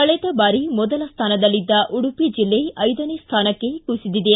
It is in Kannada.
ಕಳೆದ ಬಾರಿ ಮೊದಲ ಸ್ಥಾನದಲ್ಲಿದ್ದ ಉಡುಪಿ ಜಿಲ್ಲೆ ಐದನೇ ಸ್ಥಾನಕ್ಕೆ ಕುಸಿದಿದೆ